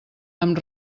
amb